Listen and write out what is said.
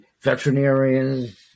veterinarians